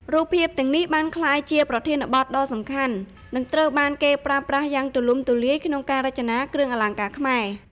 រូបភាពទាំងនេះបានក្លាយជាប្រធានបទដ៏សំខាន់ និងត្រូវបានគេប្រើប្រាស់យ៉ាងទូលំទូលាយក្នុងការរចនាគ្រឿងអលង្ការខ្មែរ។